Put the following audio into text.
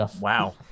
Wow